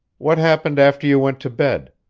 what happened after you went to bed?